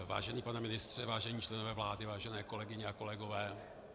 Vážený pane ministře, vážení členové vlády, vážené kolegyně a kolegové...